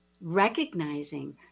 recognizing